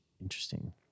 Interesting